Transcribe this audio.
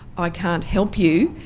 i can't help you.